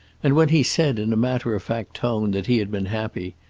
and when he said in a matter-of-fact tone that he had been happy,